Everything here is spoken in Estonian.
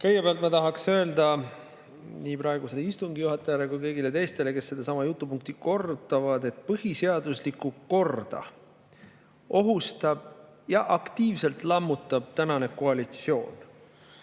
Kõigepealt ma tahaksin öelda nii praegusele istungi juhatajale kui ka kõigile teistele, kes sedasama jutupunkti kordavad, et põhiseaduslikku korda ohustab ja aktiivselt lammutab tänane koalitsioon.